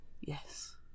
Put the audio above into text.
Yes